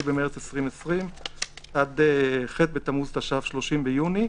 10 במרס 2020 עד ח' בתמוז התש"ף 30 ביוני.